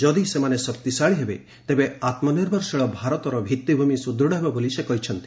ଯଦି ସେମାନେ ଶକ୍ତିଶାଳୀ ହେବେ ତେବେ ଆତ୍ମନିର୍ଭରଶୀଳ ଭାରତର ଭିଭିଭୂମି ସୁଦୂଢ ହେବ ବୋଲି ସେ କହିଛନ୍ତି